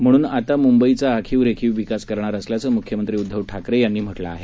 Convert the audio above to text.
म्हणून आता मुंबईचा आखीव रेखीव विकास करणार असल्याचं मुख्यमंत्री उद्घव ठाकरे यांनी म्हटलं आहे